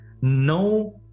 no